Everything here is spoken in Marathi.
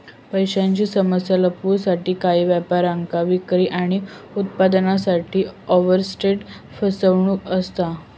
पैशांची समस्या लपवूसाठी काही व्यापाऱ्यांच्या विक्री आणि उत्पन्नासाठी ओवरस्टेट फसवणूक असा